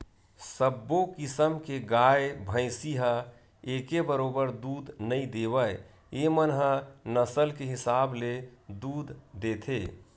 सब्बो किसम के गाय, भइसी ह एके बरोबर दूद नइ देवय एमन ह नसल के हिसाब ले दूद देथे